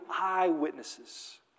eyewitnesses